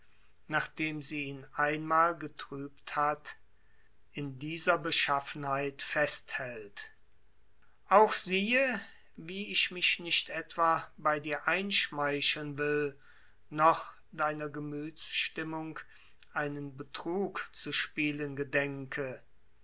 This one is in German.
nachdem sie ihn einmal getrübt hat in dieser beschaffenheit festhält auch siehe wie ich mich nicht etwa bei dir einschmeicheln will noch deiner gemüthsstimmung einen betrug zu spielen gedenke